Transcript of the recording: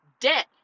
debt